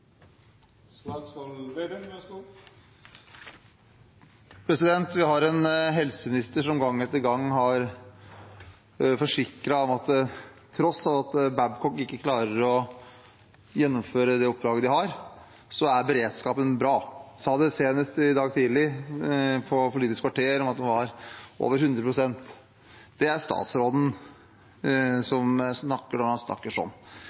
Vi har en helseminister som gang etter gang har forsikret om at til tross for at Babcock ikke klarer å gjennomføre oppdraget de har, er beredskapen bra. Han sa senest i dag tidlig i Politisk kvarter at den var på over 100 pst. Det er statsråden som snakker sånn. Men når